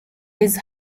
his